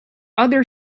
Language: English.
other